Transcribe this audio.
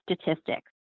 statistics